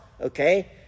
okay